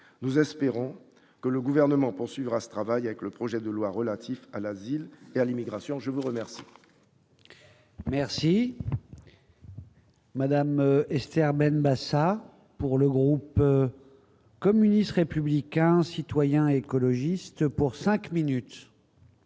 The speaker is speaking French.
nous espérons que le gouvernement poursuivra ce travail avec le projet de loi relatif à l'asile et à l'immigration, je vous remercie. Merci. Madame Esther Benbassa pour le groupe communiste, républicain, citoyen écologiste pour 5 minutes.